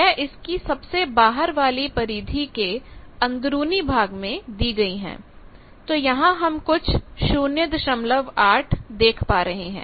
यह इसकी सबसे बाहर वाली परिधि के अंदरूनी भाग में दी गई हैं तो यहां हम कुछ 08 देख पा रहे हैं